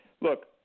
look